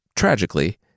tragically